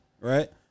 right